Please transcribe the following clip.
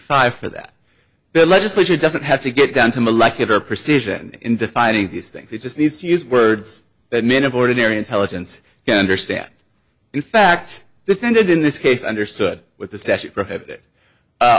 five for that the legislature doesn't have to get down to molecular perception in defining these things he just needs to use words that men of ordinary intelligence you understand in fact defended in this case understood what the